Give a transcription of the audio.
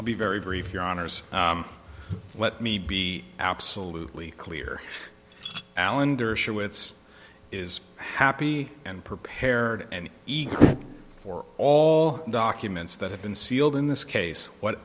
i'll be very brief your honour's let me be absolutely clear alan dershowitz is happy and prepared and eager for all documents that have been sealed in this case what